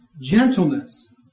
gentleness